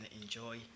enjoy